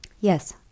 yes